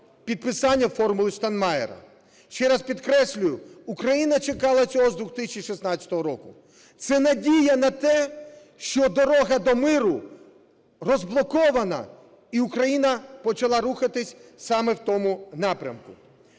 підписання "формули Штайнмайєра". Ще раз підкреслюю, Україна чекала цього з 2016 року. Це надія на те, що дорога до миру розблокована, і Україна почала рухатися саме в тому напрямку.